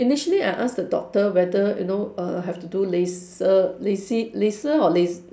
initially I asked the doctor whether you know err have to do laser lasi~ laser or las~